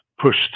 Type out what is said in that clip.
pushed